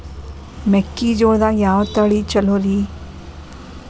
ಮೆಕ್ಕಿಜೋಳದಾಗ ಯಾವ ತಳಿ ಛಲೋರಿ?